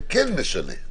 זה כן משנה.